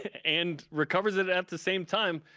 and recovers it at the same time.